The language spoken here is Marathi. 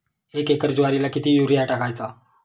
एक एकर ज्वारीला किती युरिया टाकायचा?